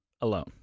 alone